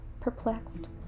perplexed